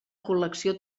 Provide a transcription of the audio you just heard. col·lecció